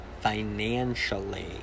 financially